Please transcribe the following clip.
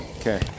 Okay